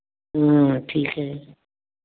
हाँ ठीक है